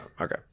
okay